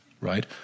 right